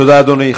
תודה, אדוני.